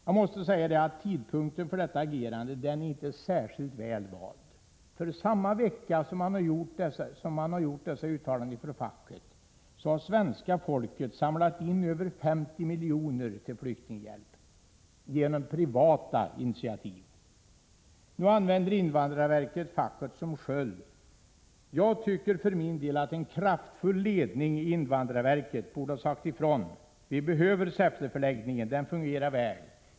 Jag måste säga att tidpunkten för detta agerande inte är särskilt väl vald, för samma vecka som man har gjort dessa uttalanden inför facket har svenska folket samlat in över 50 miljoner till flyktinghjälp genom privata initiativ. Nu använder invandrarverket facket som sköld. Jag tycker för min del att en kraftfull ledning i invandrarverket borde ha sagt ifrån: Vi behöver Säffleförläggningen. Den fungerar väl.